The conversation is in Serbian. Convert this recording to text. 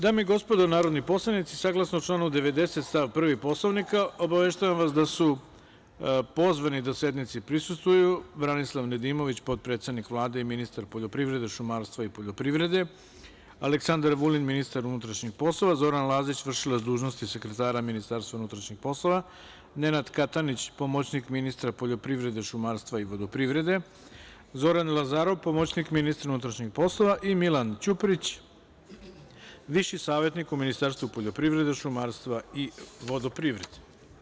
Dame i gospodo narodni poslanici, saglasno članu 90. stav 1. Poslovnika obaveštavam vas da su pozvani da sednici prisustvuju Branislav Nedimović, potpredsednik Vlade i ministar poljoprivrede, šumarstva i vodoprivrede, Aleksandar Vulin, ministar unutrašnjih poslova, Zoran Lazić, vršilac dužnosti sekretara MUP, Nenad Katanić, pomoćnik ministra poljoprivrede, šumarstva i vodoprivrede, Zoran Lazarov, pomoćnik ministra unutrašnjih poslova i Milan Ćuprić, viši savetnik u Ministarstvu poljoprivrede, šumarstva i vodoprivrede.